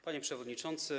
Panie Przewodniczący!